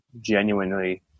genuinely